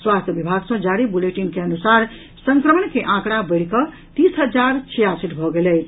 स्वास्थ्य विभाग सॅ जारी बुलेटिन के अनुसार संक्रमण के आंकड़ा बढ़िकऽ तीस हजार छियासठि भऽ गेल अछि